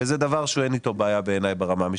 וזה דבר שאין איתו בעיה בעיניי ברמה המשפטית.